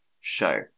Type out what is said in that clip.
show